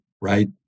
right